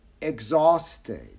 exhausted